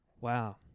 Wow